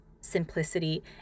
simplicity